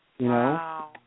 Wow